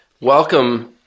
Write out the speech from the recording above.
Welcome